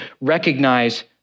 recognize